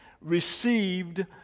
received